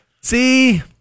see